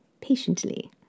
Patiently